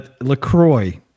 LaCroix